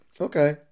Okay